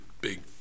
big